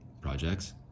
projects